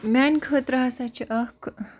میٛانہِ خٲطرٕ ہَسا چھِ اَکھ